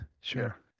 sure